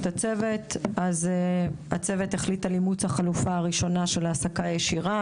הצוות החליט על אימוץ החלופה הראשונה של ההעסקה הישירה,